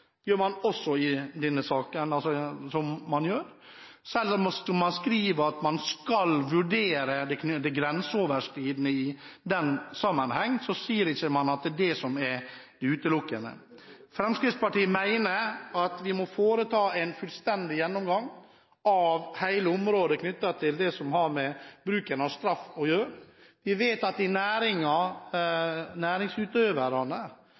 Selv om man skriver at man skal vurdere det grenseoverskridende i den sammenheng, sier man ikke at det er det som er utelukkende. Fremskrittspartiet mener at vi må foreta en fullstendig gjennomgang av hele området som har med bruken av straff å gjøre. Vi vet at